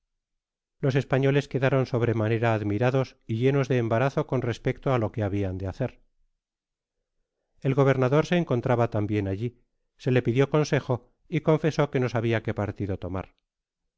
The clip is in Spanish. los españoles quedaron sobremanera admirados y llenos de embarazo con respecto á lo que habian de hacer el gobernador se encontraba tambien alli se le pidio consejo y confesó que no sabia qué partido tomar